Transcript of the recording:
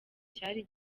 cyari